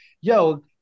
yo